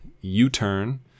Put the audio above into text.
U-Turn